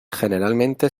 generalmente